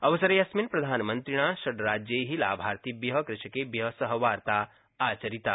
अवसरेऽस्मिन् प्रधानमन्त्रिणा षट्राज्यै लाभार्थिभ्य कृषकेभ्य सहवार्ता आचारिता